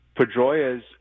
Pedroia's